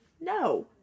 No